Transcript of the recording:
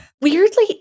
weirdly